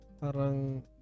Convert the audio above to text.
Parang